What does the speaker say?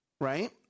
Right